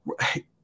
Right